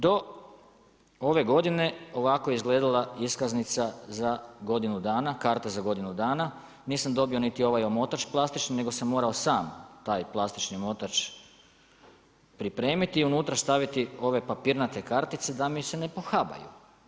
Do ove godine ovako je izgledala iskaznica za godinu, karta za godinu dana, nisam dobio ni ovaj omotač plastični nego sam morao sam taj plastični omotač pripremiti i unutra staviti ove papirnate kartice da mi se ne pohabaju.